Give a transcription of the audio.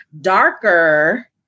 darker